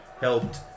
helped